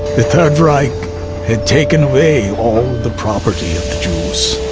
the third reich had taken away the property of jews,